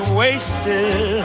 wasted